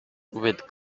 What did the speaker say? with